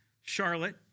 Charlotte